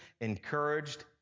encouraged